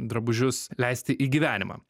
drabužius leisti į gyvenimą